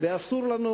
ואסור לנו,